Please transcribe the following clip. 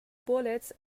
bullets